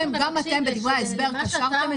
התחזית והפוזיציה של החברות, ואם זה קשור?